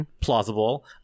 plausible